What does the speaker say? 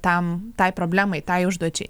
tam tai problemai tai užduočiai